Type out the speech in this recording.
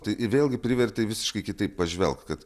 tai i vėlgi privertė visiškai kitaip pažvelgt kad